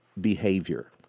behavior